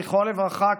זכרו לברכה,